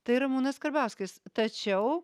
tai ramūnas karbauskis tačiau